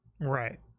Right